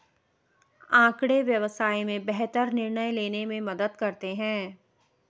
आँकड़े व्यवसाय में बेहतर निर्णय लेने में मदद करते हैं